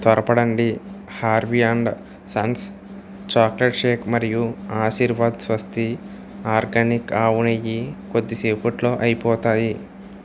త్వరపడండి Harvey and sons chocolate shake మరియు Aashirvaad Swasti organic ఆవునెయ్యి కొద్దిసేపట్లో అయిపోతాయి